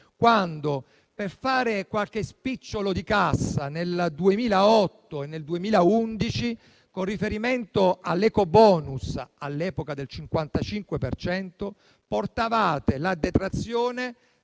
quando, per fare qualche spicciolo di cassa nel 2008 e nel 2011 con riferimento all'ecobonus (all'epoca al 55 per cento), portaste la detrazione